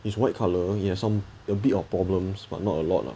is white colour it had a bit of problems but not a lot lah